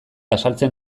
azaltzen